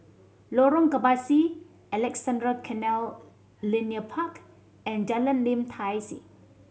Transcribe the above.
Lorong Kebasi Alexandra Canal Linear Park and Jalan Lim Tai See